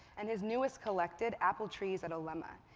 and his newest collected, apple trees at olema.